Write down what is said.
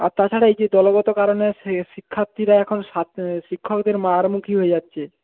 আর তাছাড়া এই যে দলগত কারণে শিক্ষার্থীরা এখন সাত শিক্ষকদের মার মুখি হয়ে যাচ্ছে